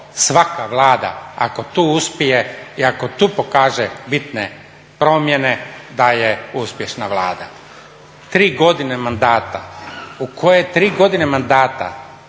svaka Vlada ako tu uspije i ako tu pokaže bitne promjene da je uspješna Vlada. Tri godine mandata u koje tri godine mandata